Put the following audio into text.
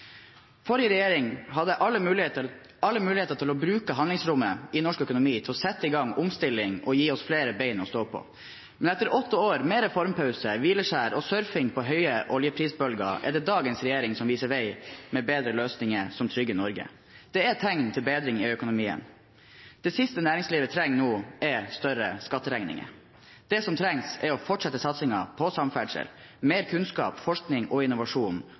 Forrige regjering hadde alle muligheter til å bruke handlingsrommet i norsk økonomi til å sette i gang omstilling og gi oss flere bein å stå på, men etter åtte år med reformpause, hvileskjær og surfing på høye oljeprisbølger er det dagens regjering som viser vei, med bedre løsninger som trygger Norge. Det er tegn til bedring i økonomien. Det siste næringslivet trenger nå, er større skatteregninger. Det som trengs, er å fortsette satsingen på samferdsel, mer kunnskap, forskning og innovasjon